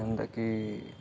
ଯେନ୍ତାକି